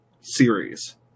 series